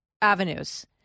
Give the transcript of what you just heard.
avenues